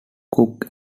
cook